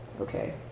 Okay